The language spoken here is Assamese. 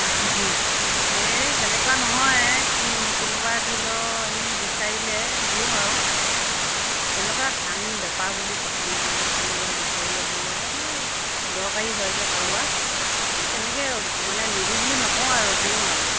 এই তেনেকুৱা নহয় কি কোনোবাই ধৰি ল' এনে বিচাৰিলে দিওঁ আুৰ তেনেকুৱা ধান বেপাৰ বুলি কথা নহয় কোনোবাই বিচাৰিলে ধৰি ল' এনেই দৰকাৰী হয় যে কাৰোবাৰ এই তেনেকেই মানে নিদেওঁ বুলি নকওঁ আৰু দিওঁ আৰু